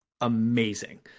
amazing